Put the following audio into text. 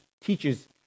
teaches